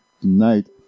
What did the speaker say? tonight